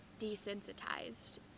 desensitized